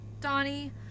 Donnie